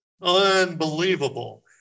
Unbelievable